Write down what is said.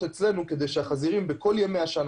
אצלנו כדי שהחזירים בכל ימות השנה,